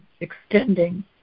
extending